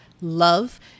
love